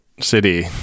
city